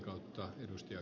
kannatan ed